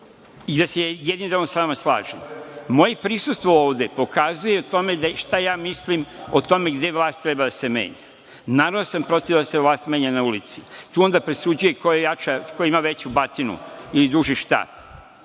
se ja sa jednim delom sa vama slažem. Moje prisustvo ovde pokazuje o tome šta ja mislim o tome gde vlast treba da se menja. Naravno da sam protiv da se vlast menja na ulici. Tu onda presuđuje ko ima veću batinu ili duži štap.